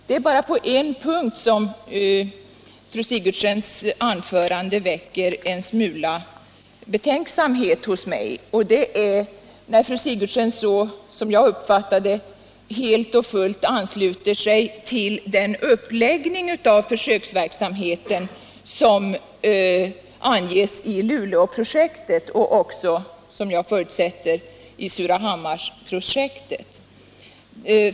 Det var bara på en punkt som fru Sigurdsens anförande väckte betänksamhet hos mig, och det var när fru Sigurdsen så helt och fullt tycktes ansluta sig till den uppläggning av försöksverksamheten som anges i fråga om Luleåprojektet och, som jag förutsätter, också beträffande Surahammarprojektet.